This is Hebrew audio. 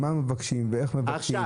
מה מבקשים ואיך מבקשים,